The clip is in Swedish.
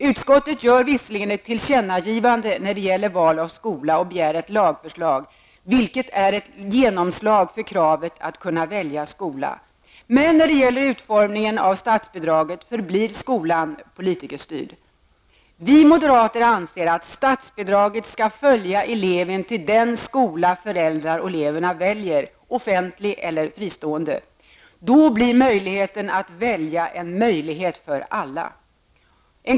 Utskottet gör visserligen ett tillkännagivande när det gäller val av skola och begär ett lagförslag, vilket är ett genomslag för kravet att kunna välja skola. Men när det gäller utformningen av statsbidraget förblir skolan politikerstyrd. Vi moderater anser att statsbidraget skall följa eleven till den skola föräldrar och elev väljer -- offentlig eller fristående. Då blir möjligheten att välja en möjlighet för alla.